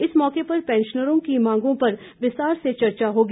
इस मौके पर पैंशनरों की मांगों पर विस्तृत चर्चा होगी